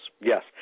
yes